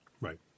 Right